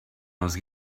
els